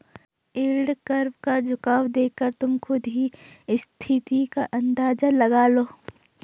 yield curve का झुकाव देखकर तुम खुद ही स्थिति का अंदाजा लगा लो